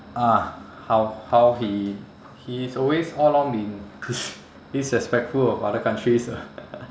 ah how how he he is always all along been push~ disrespectful of other countries ah